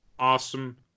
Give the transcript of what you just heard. Awesome